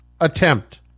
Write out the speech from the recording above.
attempt